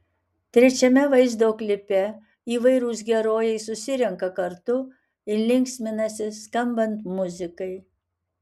trečiame vaizdo klipe įvairūs herojai susirenka kartu ir linksminasi skambant muzikai